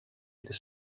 this